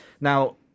Now